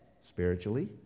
spiritually